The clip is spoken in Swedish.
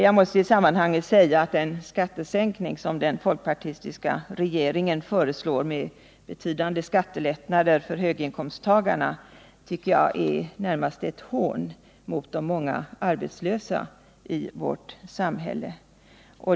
Jag måste i sammanhanget säga att den skattesänkning som den folkpartistiska regeringen föreslår och som innebär betydande skattelättnader för höginkomsttagarna närmast är ett hån mot de många arbetslösa i vårt samhälle.